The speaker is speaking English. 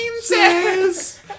says